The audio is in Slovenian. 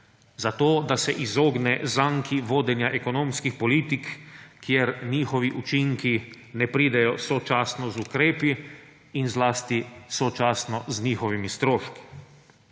zato, da se izogne zanki vodenja ekonomskih politik, kjer njihovi učinki ne pridejo sočasno z ukrepi in zlasti sočasno z njihovimi stroški.